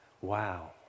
wow